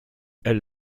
elle